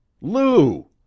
Lou